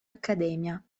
accademia